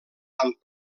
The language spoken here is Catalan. amb